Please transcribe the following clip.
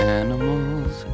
animals